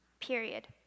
period